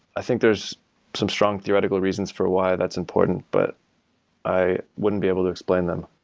i think there's some strong theoretical reasons for why that's important, but i wouldn't be able to explain them.